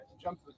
jump